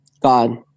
God